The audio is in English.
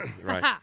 Right